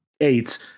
eight